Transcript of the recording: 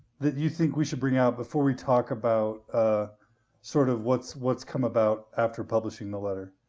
that you think we should bring out before we talk about ah sort of what's what's come about after publishing the letter?